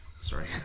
Sorry